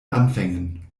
anfängen